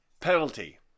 Penalty